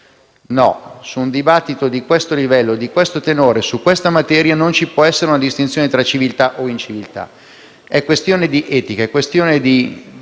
No, in un dibattito di questo livello, di questo tenore e su questa materia non ci può essere una distinzione tra civiltà e inciviltà. È questione di etica, di sentimenti